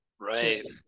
Right